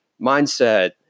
mindset